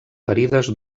ferides